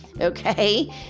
Okay